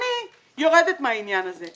אני יורדת מהעניין הזה.